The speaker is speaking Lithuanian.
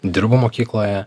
dirbu mokykloje